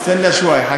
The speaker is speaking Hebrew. סטנה שוואיה.